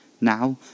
Now